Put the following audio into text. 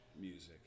music